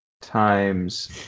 times